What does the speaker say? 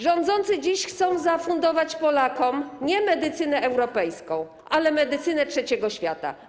Rządzący dziś chcą zafundować Polakom nie medycynę europejską, ale medycynę trzeciego świata.